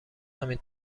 همین